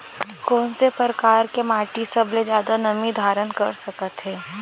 कोन से परकार के माटी सबले जादा नमी धारण कर सकत हे?